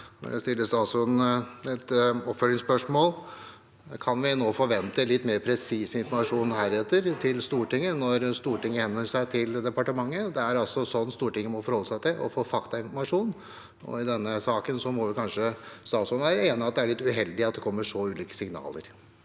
Jeg stiller statsråden et oppfølgingsspørsmål: Kan vi nå heretter forvente litt mer presis informasjon til Stortinget når Stortinget henvender seg til departementet? Det er altså sånn Stortinget må forholde seg for å få faktainformasjon. I denne saken må kanskje statsråden være enig i at det er litt uheldig at det kommer så ulike signaler.